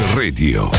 radio